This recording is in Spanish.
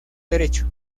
derecho